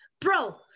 Bro